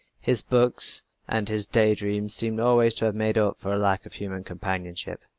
his books and his day dreams seem always to have made up for a lack of human companionship.